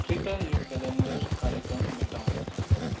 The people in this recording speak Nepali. कृपया यो क्यालेन्डर कार्यक्रम मेटाउनू